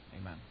Amen